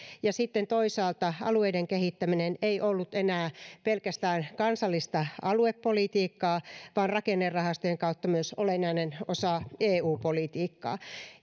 ja sitten toisaalta alueiden kehittäminen ei ollut enää pelkästään kansallista aluepolitiikkaa vaan rakennerahastojen kautta myös olennainen osa eu politiikkaa